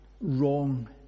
wrong